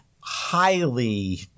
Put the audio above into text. highly